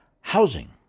housing